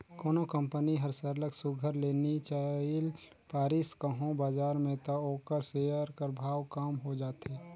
कोनो कंपनी हर सरलग सुग्घर ले नी चइल पारिस कहों बजार में त ओकर सेयर कर भाव कम हो जाथे